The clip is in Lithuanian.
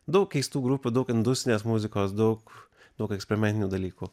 daug keistų grupių daug industrinės muzikos daug daug eksperimentinių dalykų